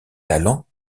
talents